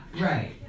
right